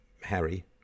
Harry